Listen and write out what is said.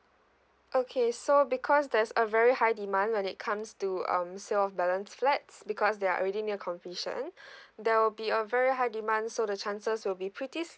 okay so because there's a very high demand when it comes to um sale of balance flats because there are already near completion there will be a very high demand so the chances will be pretty